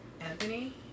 Anthony